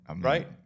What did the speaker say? Right